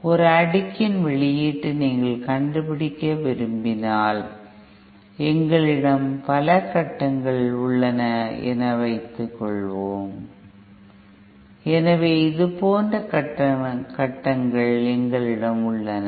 ஒரு அடுக்கின் வெளியீட்டை நீங்கள் கண்டுபிடிக்க விரும்பினால் எங்களிடம் பல கட்டங்கள் உள்ளன என்று வைத்துக்கொள்வோம் எனவே இது போன்ற கட்டங்கள் எங்களிடம் உள்ளன